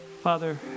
Father